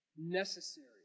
necessary